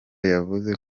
yavuze